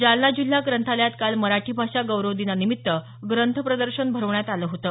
जालना जिल्हा ग्रंथालयात काल मराठी भाषा गौरव दिनानिमित्त ग्रंथ प्रदर्शन भरवण्यात आलं होतं